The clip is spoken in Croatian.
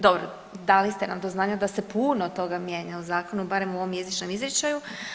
Dobro, dali ste nam do znanja da se puno toga mijenja u zakonu, barem u ovom jezičnom izričaju.